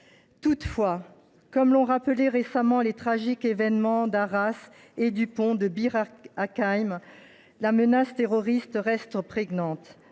Toutefois, comme l’ont rappelé les tragiques événements d’Arras et du pont de Bir Hakeim, la menace terroriste reste prégnante